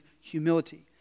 humility